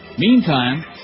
Meantime